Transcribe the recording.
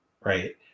right